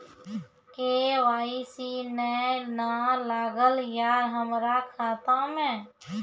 KYC ने न लागल या हमरा खाता मैं?